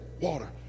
water